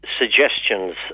Suggestions